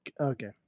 Okay